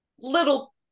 little